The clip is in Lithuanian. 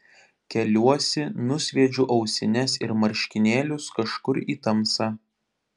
keliuosi nusviedžiu ausines ir marškinėlius kažkur į tamsą